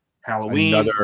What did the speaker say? Halloween